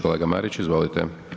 Kolega Marić, izvolite.